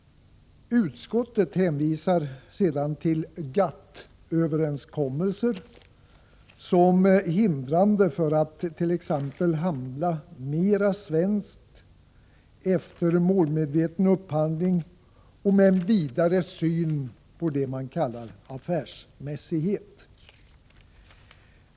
Utskottet hänvisar till GATT överenskommelser, som skulle hindra att man t.ex. handlar mera svenskt. Man talar om målmedveten upphandling och om en vidare syn på det man kallar för affärsmässighet.